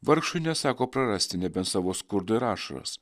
vargšui nesako prarasti nebent savo skurdą ir ašaras